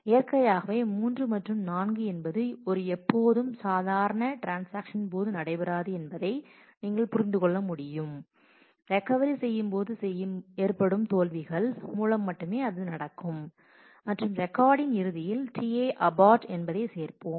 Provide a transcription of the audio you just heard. இயற்கையாகவே 3 மற்றும் 4 என்பது ஒரு எப்போதும் ஒரு சாதாரண ட்ரான்ஸாக்ஷன்ஸ் போது நடைபெறாது என்பதை நீங்கள் புரிந்து கொள்ள முடியும் ரெக்கவரி செய்யும்போது செய்யும்போது ஏற்படும் தோல்விகள் மூலம் மட்டுமே அது நடக்கும் மற்றும் ரெக்கார்டின் இறுதியில் Ti abort என்பதை சேர்ப்போம்